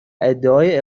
ادعای